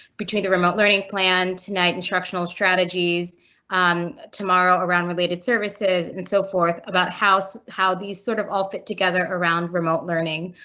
between the remote learning plan tonight, instructional strategies tomorrow around related services and so forth about how these sort of all fit together around remote learning.